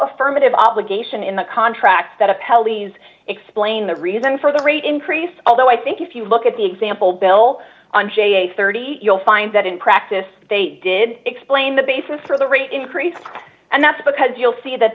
affirmative obligation in the contract that a pelleas explain the reason for the rate increase although i think if you look at the example bill thirty you'll find that in practice they did explain the basis for the rate increase and that's because you'll see that